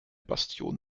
bastion